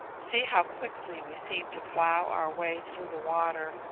see how quickly we seem to plough our way through the water.